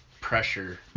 pressure